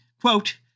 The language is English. quote